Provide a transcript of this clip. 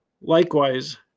Likewise